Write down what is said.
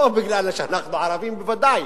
לא כי אנחנו ערבים, בוודאי,